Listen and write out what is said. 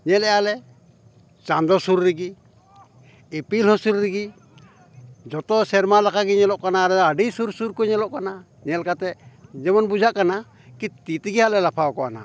ᱧᱮᱞᱮᱜᱼᱟ ᱞᱮ ᱪᱟᱸᱫᱚ ᱥᱩᱨ ᱨᱮᱜᱮ ᱤᱯᱤᱞ ᱦᱚᱸ ᱥᱩᱨ ᱨᱮᱜᱮ ᱡᱚᱛᱚ ᱥᱮᱨᱢᱟ ᱞᱮᱠᱟ ᱜᱮ ᱧᱮᱞᱚᱜ ᱠᱟᱱᱟ ᱟᱨ ᱟᱹᱰᱤ ᱥᱩᱨ ᱥᱩᱨ ᱠᱚ ᱧᱮᱞᱚᱜ ᱠᱟᱱᱟ ᱧᱮᱞ ᱠᱟᱛᱮ ᱡᱮᱢᱚᱱ ᱵᱩᱡᱷᱟᱹᱜ ᱠᱟᱱᱟ ᱠᱤ ᱛᱤ ᱛᱮᱜᱮ ᱦᱟᱸᱜ ᱞᱮ ᱞᱟᱯᱷᱟᱣ ᱠᱚᱣᱟ ᱱᱟᱦᱟᱸᱜ